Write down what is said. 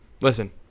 Listen